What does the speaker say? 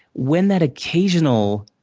when that occasional,